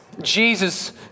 Jesus